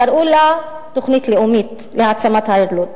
קראו לה: תוכנית לאומית להעצמת העיר לוד.